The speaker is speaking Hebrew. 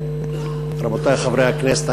רבותי חברי הכנסת,